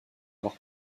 avoir